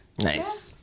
Nice